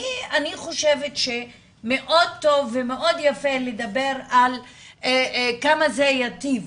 אני חושבת שמאוד טוב ומאוד יפה לדבר על כמה זה ייטיב,